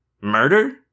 Murder